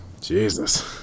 Jesus